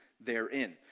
therein